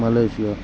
Malaysia